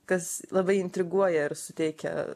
kas labai intriguoja ir suteikia